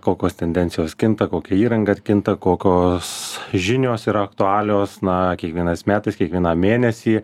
kokios tendencijos kinta kokia įranga kinta kokios žinios yra aktualios na kiekvienais metais kiekvieną mėnesį